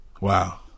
wow